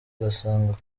ugasanga